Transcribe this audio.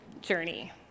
journey